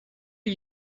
are